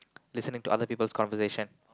listening to other people's conversation